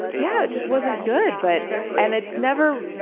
yeah, it just wasn't good. but and it's never